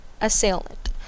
assailant